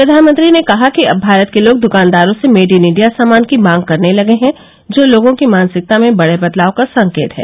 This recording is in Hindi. प्रधानमंत्री ने कहा कि अब भारत के लोग दुकानदारों से मेड इन इंडिया सामान की मांग करने लगे हैं जो लोगों की मानसिकता में बड़े बदलाव का संकेत है